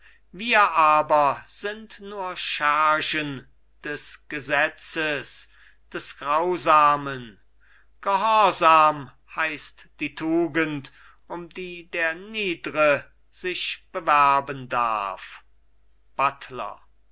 wir aber sind nur schergen des gesetzes des grausamen gehorsam heißt die tugend um die der niedre sich bewerben darf buttler